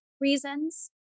reasons